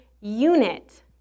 unit